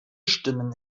stimmen